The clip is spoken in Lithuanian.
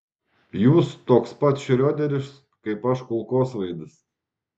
jūs toks pat šrioderis kaip aš kulkosvaidis